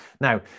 now